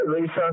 Lisa